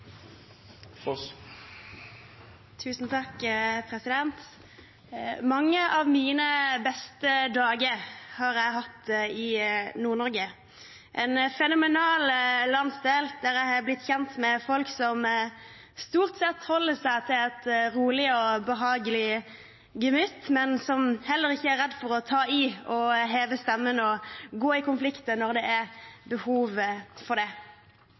Mange av mine beste dager har jeg hatt i Nord-Norge, en fenomenal landsdel der jeg er blitt kjent med folk som stort sett holder seg med et rolig og behagelig gemytt, men som heller ikke er redd for å ta i, heve stemmen og ta en konflikt når det er behov for det.